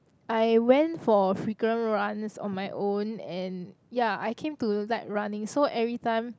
I went for frequent runs on my own and ya I came to like running so everytime